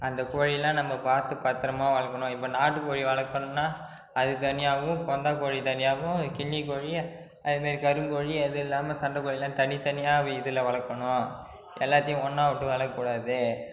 அந்த கோழியெல்லாம் நம்ம பார்த்து பத்திரமா வளர்க்கணும் இப்போ நாட்டுக் கோழி வளர்க்கணுன்னா அது தனியாவும் போந்தா கோழி தனியாகவும் கிண்ணி கோழியும் அது மாரி கருங்கோழி அதுயில்லாமல் சண்டை கோழி அதெல்லாம் தனித்தனியாக இதில் வளர்க்கணும் எல்லாத்தையும் ஒன்றா விட்டு வளர்க்கக்கூடாது